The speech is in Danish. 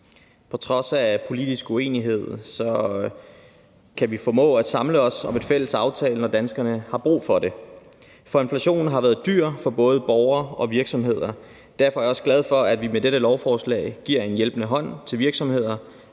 På trods af politisk uenighed kan vi formå at samle os om en fælles aftale, når danskerne har brug for det. Inflationen har været dyr for både borgere og virksomheder. Derfor er jeg også glad for, at vi med dette lovforslag giver en hjælpende hånd til virksomheder